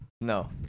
No